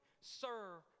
serve